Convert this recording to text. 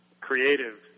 creative